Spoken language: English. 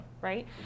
right